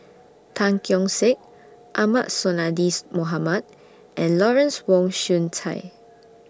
Tan Keong Saik Ahmad Sonhadji's Mohamad and Lawrence Wong Shyun Tsai